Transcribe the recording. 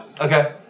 okay